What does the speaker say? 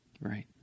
Right